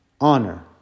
honor